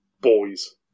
Boys